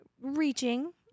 reaching